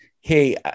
Hey